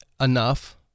enough